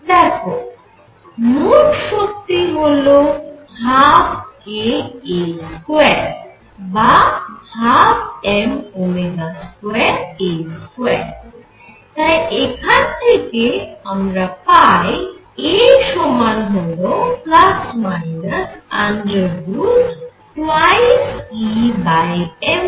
দেখো মোট শক্তি হল 12kA2 বা 12m22A2 তাই এখান থেকে আমরা পাই A সমান ±√